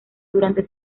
durante